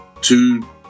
two